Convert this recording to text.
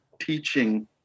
teaching